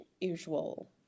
usual